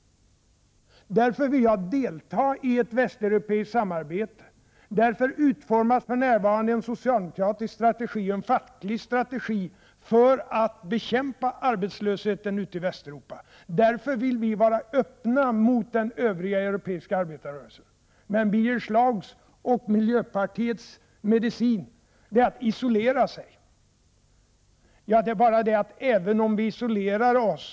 Jag vill därför att vi skall delta i ett västeuropeiskt samarbete, och av den anledningen utformas för närvarande en socialdemokratisk och en facklig strategi för att bekämpa arbetslösheten i Västeuropa. Vi vill vara öppna mot den övriga europeiska arbetarrörelsen. Men Birger Schlaugs och miljöpartiets medicin är att man skall isolera sig.